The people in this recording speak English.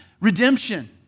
redemption